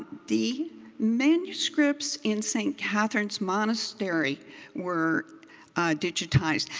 the manuscripts in st catherine's monastery were digitized.